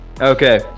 Okay